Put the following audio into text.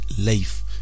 life